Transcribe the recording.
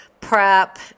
prep